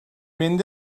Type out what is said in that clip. mynd